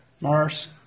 Mars